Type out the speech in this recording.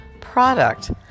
product